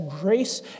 grace